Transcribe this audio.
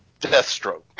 Deathstroke